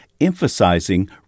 emphasizing